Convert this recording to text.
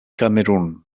camerun